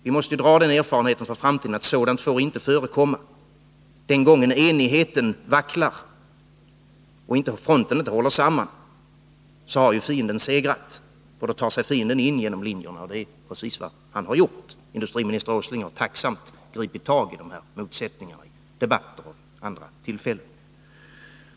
Vi måste dra den slutsatsen inför framtiden att sådant inte får förekomma. Den gång enigheten vacklar och fronten inte håller samman har ju fienden segrat, och då tar sig fienden in genom linjerna. Det är precis vad han har gjort — industriminister Åsling har tacksamt gripit tag i de här motsättningarna i debatter och vid andra tillfällen.